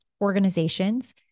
organizations